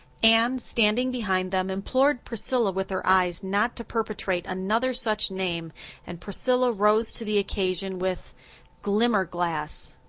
anne, standing behind them, implored priscilla with her eyes not to perpetrate another such name and priscilla rose to the occasion with glimmer-glass.